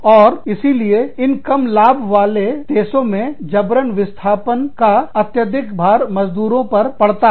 और इसीलिए इन कम लाभ वाले देशों में जबरन विस्थापन का अत्यधिक भार मजदूरों पर पड़ता है